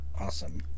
Awesome